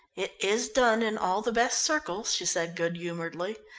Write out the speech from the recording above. it is done in all the best circles, she said good-humouredly.